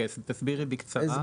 תסבירי בקצרה.